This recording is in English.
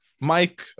Mike